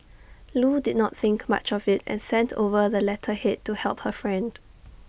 Loo did not think much of IT and sent over the letterhead to help her friend